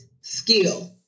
skill